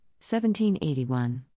1781